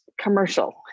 commercial